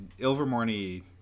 Ilvermorny